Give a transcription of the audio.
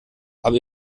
aber